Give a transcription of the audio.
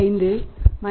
5 14